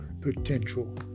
Potential